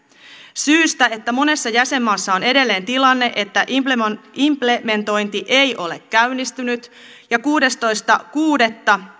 syystä että monessa jäsenmaassa on edelleen tilanne että implementointi implementointi ei ole käynnistynyt ja kuudestoista kuudetta